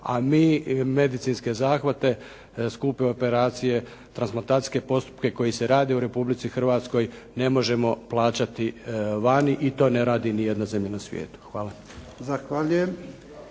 a mi medicinske zahvate, skupe operacije, transplantacijske postupke koji se rade u Republici Hrvatskoj ne možemo plaćati vani i to ne radi niti jedna zemlja na svijetu. Hvala.